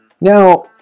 Now